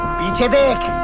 beat him.